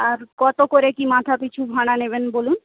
আর কত করে কী মাথাপিছু ভাড়া নেবেন বলুন